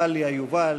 דליה, יובל,